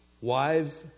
wives